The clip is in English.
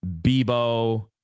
Bebo